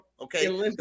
okay